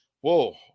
whoa